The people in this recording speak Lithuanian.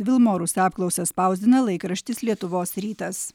vilmorus apklausą spausdina laikraštis lietuvos rytas